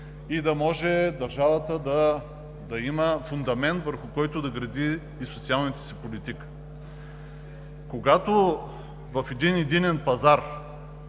и да може държавата да има фундамент, върху който да гради и социалната си политика. Когато в един Единен пазар